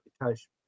reputation